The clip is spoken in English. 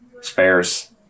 spares